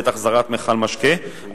בעת החזרת מכל משקה,